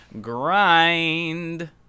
grind